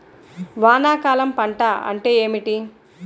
వానాకాలం పంట అంటే ఏమిటి?